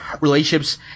relationships